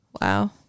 Wow